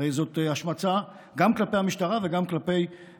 הרי זאת השמצה גם כלפי המשטרה וגם כלפי